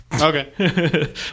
Okay